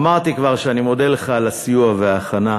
אמרתי כבר שאני מודה לך על הסיוע וההכנה,